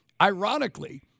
ironically –